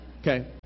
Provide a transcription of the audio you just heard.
okay